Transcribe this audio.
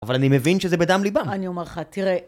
אבל אני מבין שזה בדם ליבם אני אומר לך, תראה